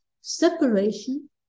separation